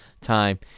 time